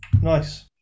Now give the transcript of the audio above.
Nice